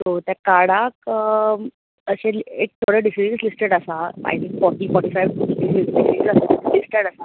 so त्या कार्डाक